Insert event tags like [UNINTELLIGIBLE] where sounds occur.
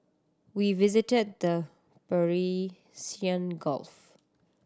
we visited the [UNINTELLIGIBLE] Gulf